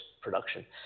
production